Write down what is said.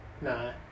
No